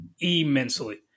immensely